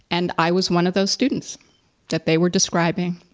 and i was one of those students that they were describing.